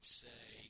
say